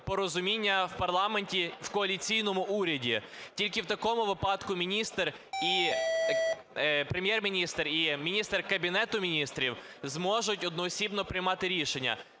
в парламенті, в коаліційному уряді. Тільки в такому випадку міністр і Прем'єр-міністр, і міністр Кабінету Міністрів зможуть одноосібно приймати рішення